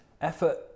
effort